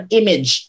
image